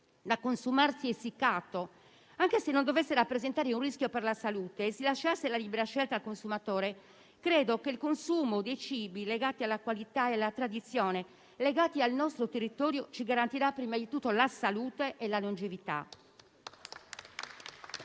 da consumarsi essiccato. Anche se non dovesse rappresentare un rischio per la salute e si lasciasse libera scelta al consumatore, credo che il consumo dei cibi legati alla qualità, alla tradizione e al nostro territorio ci garantirà prima di tutto la salute e la longevità.